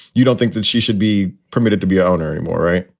you don't think that she should be permitted to be ah owner anymore, right?